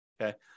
Okay